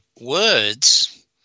words